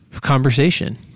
conversation